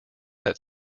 that